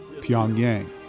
Pyongyang